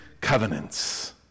covenants